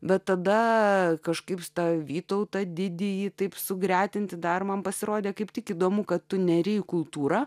bet tada kažkaip tą vytautą didįjį taip sugretinti dar man pasirodė kaip tik įdomu kad nerijų kultūra